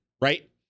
right